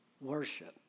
worship